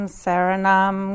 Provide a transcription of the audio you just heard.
saranam